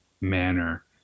manner